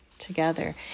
Together